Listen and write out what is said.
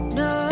no